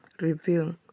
reveal